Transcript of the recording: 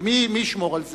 מי ישמור על זה?